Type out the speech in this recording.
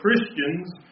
Christians